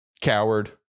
Coward